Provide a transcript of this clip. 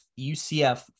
UCF